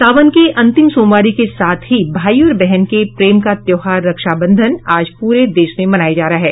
सावन के अंतिम सोमवारी के साथ ही भाई और बहन के प्रेम का त्यौहार रक्षा बंधन आज पूरे देश में मनाया जा रहा है